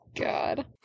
God